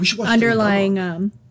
underlying